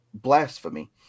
blasphemy